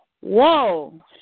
Whoa